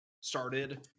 started